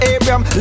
Abraham